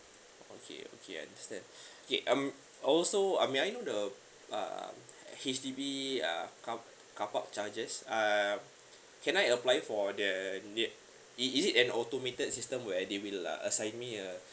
okay okay I understand okay I'm also uh may I know the uh H_D_B uh car carpark charges uh can I apply for the near is is it an automated system will automate uh assigned me a